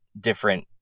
different